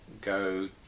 go